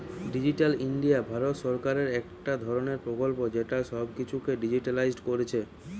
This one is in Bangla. ডিজিটাল ইন্ডিয়া ভারত সরকারের একটা ধরণের প্রকল্প যেটা সব কিছুকে ডিজিটালিসড কোরছে